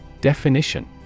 Definition